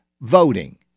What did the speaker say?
voting